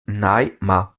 neymar